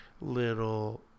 little